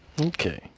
Okay